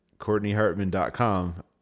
CourtneyHartman.com